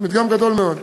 מדגם גדול מאוד,